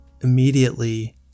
immediately